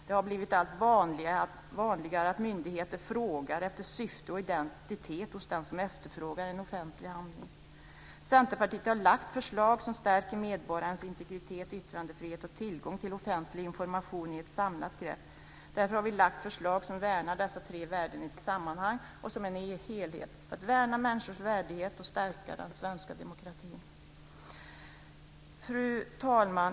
Det har blivit allt vanligare att myndigheter frågar efter syfte och identitet hos den som efterfrågar en offentlig handling. Centerpartiet har lagt fram förslag som stärker medborgarnas integritet, yttrandefrihet och tillgång till offentlig information i ett samlat grepp. Vi har lagt fram förslag som värnar dessa tre värden i ett sammanhang och som en helhet, för att värna människors värdighet och stärka den svenska demokratin. Fru talman!